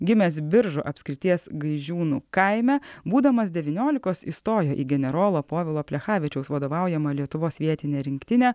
gimęs biržų apskrities gaižiūnų kaime būdamas devyniolikos įstojo į generolo povilo plechavičiaus vadovaujamą lietuvos vietinę rinktinę